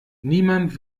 niemand